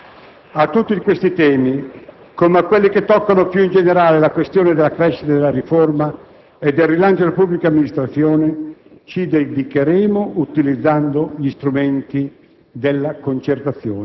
A tutti questi temi, come a quelli che toccano, più in generale, la questione della crescita o della riforma e del rilancio della pubblica amministrazione,